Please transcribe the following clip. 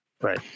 Right